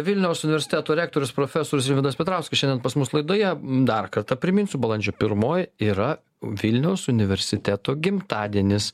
vilniaus universiteto rektorius profesorius rimvydas petrauskas šiandien pas mus laidoje dar kartą priminsiu balandžio pirmoji yra vilniaus universiteto gimtadienis